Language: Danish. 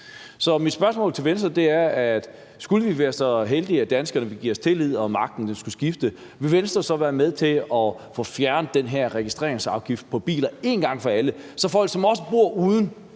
Så mit spørgsmål til Venstre er, om Venstre, skulle vi være så heldige, at danskerne vil give os tillid og magten skulle skifte, så vil være med til at få fjernet den her registreringsafgift på biler en gang for alle, så også folk, som bor uden